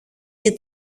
και